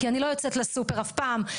כי אני לא יוצאת לסופר אף פעם,